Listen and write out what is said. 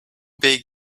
big